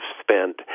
spent